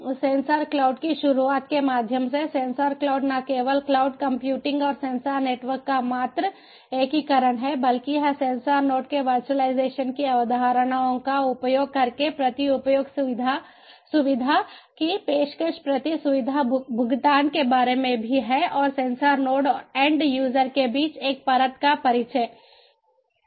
sensor cloud की शुरूआत के माध्यम से सेंसर क्लाउड न केवल क्लाउड कंप्यूटिंग और सेंसर नेटवर्क का मात्र एकीकरण है बल्कि यह सेंसर नोड के वर्चुअलाइजेशन की अवधारणाओं का उपयोग करके प्रति उपयोग सुविधा की पेशकश प्रति सुविधा भुगतान के बारे में भी है और सेंसर नोड और एंड यूज़र के बीच एक परत का परिचय